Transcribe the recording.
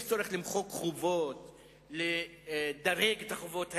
יש צורך למחוק חובות, לדרג את החובות האלה,